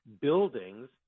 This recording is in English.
buildings